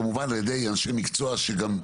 כמובן על ידי אנשי מקצוע שגם,